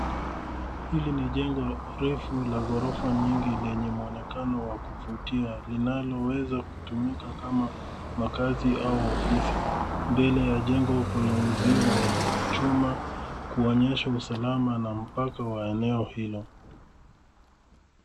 Hili ni jengo refu la ghorofa nyingi lenye mwonekano wa kuvutia linaloweza kutumika kama makaazi au ofisi. Mbele ya jengo kuna uzio wa chuma kuonyesha usalama na mpaka wa eneo hilo.